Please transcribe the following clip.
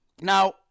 Now